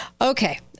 Okay